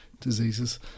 diseases